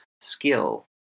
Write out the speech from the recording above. skill